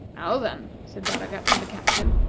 now, then, said baragat to the captain,